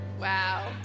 Wow